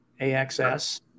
axs